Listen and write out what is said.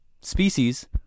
Species